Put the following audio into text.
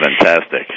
Fantastic